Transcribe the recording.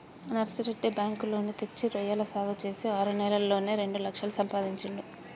Narsireddy bank loan తెచ్చి రొయ్యల సాగు చేసి ఆరు నెలల్లోనే రెండు లక్షలు సంపాదించిండు